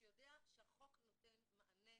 שיודע שהחוק נותן מענה,